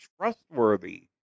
trustworthy